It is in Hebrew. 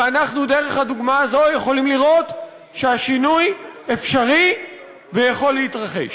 ואנחנו דרך הדוגמה הזאת יכולים לראות שהשינוי אפשרי ויכול להתרחש.